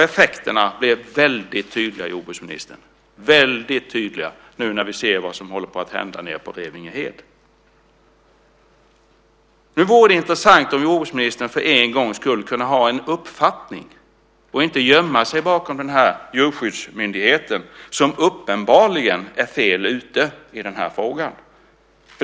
Effekterna blir väldigt tydliga, jordbruksministern, när vi nu ser vad som håller att på hända på Revingehed. Det vore intressant om jordbruksministern för en gångs skull kunde ha en uppfattning och inte gömma sig bakom Djurskyddsmyndigheten, som uppenbarligen är fel ute i den här frågan.